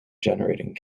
generating